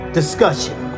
discussion